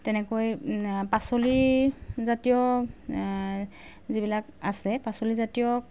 তেনেকৈ পাচলি জাতীয় যিবিলাক আছে পাচলি জাতীয়